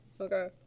Okay